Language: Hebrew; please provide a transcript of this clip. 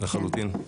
לחלוטין.